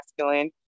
masculine